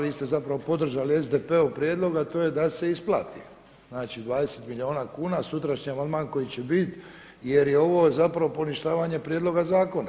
Vi ste zapravo podržali SDP-ov prijedlog, a to je da se isplati, znači 20 milijuna kuna, sutrašnji amandman koji će biti, jer je ovo zapravo poništavanje prijedloga zakona.